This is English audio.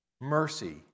mercy